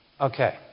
Okay